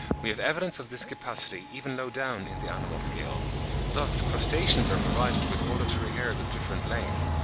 we have evidence of this capacity even low down in the animal scale thus crustaceans are provided with auditory hairs of different lengths,